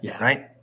right